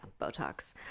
Botox